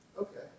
Okay